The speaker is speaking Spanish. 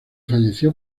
falleció